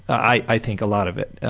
i think a lot of it,